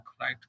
right